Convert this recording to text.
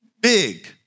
Big